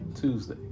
Tuesday